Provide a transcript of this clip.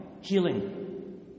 healing